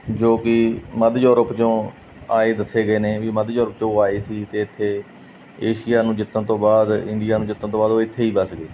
ਜੋ ਕਿ ਮਧ ਯੂਰਪ 'ਚੋਂ ਆਏ ਦੱਸੇ ਗਏ ਨੇ ਵੀ ਮਧ ਯੂਰੋਪ 'ਚੋ ਆਏ ਸੀ ਅਤੇ ਇੱਥੇ ਏਸ਼ੀਆ ਨੂੰ ਜਿੱਤਣ ਤੋਂ ਬਾਅਦ ਇੰਡੀਆ ਨੂੰ ਜਿੱਤਣ ਤੋਂ ਬਾਅਦ ਉਹ ਇੱਥੇ ਹੀ ਵੱਸ ਗਏ